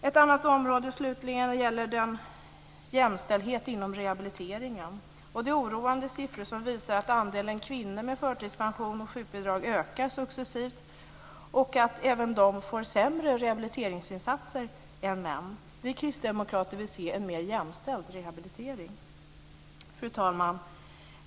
Ett annat område, slutligen, är jämställdhet inom rehabiliteringen. Det är oroande siffror som visar att andelen kvinnor med förtidspension och sjukbidrag ökar successivt och att de får sämre rehabiliteringsinsatser än män. Vi kristdemokrater vill se en mer jämställd rehabilitering. Fru talman!